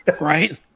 Right